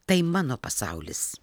tai mano pasaulis